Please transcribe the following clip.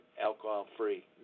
alcohol-free